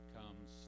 comes